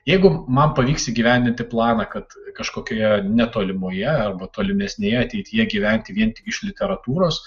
jeigu man pavyks įgyvendinti planą kad kažkokioje netolimoje arba tolimesnėje ateityje gyventi vien tik iš literatūros